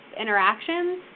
interactions